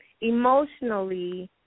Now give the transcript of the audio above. emotionally